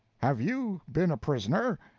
have you been a prisoner?